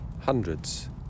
hundreds